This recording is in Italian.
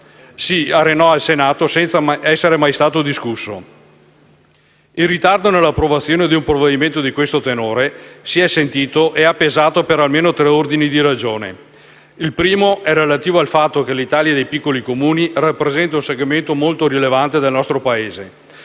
si arenò al Senato senza mai essere stato discusso. Il ritardo nell'approvazione di un provvedimento di questo tenore si è sentito e ha pesato per almeno tre ordini di ragioni. Il primo è relativo al fatto che l'Italia dei piccoli Comuni rappresenta un segmento molto rilevante del nostro Paese.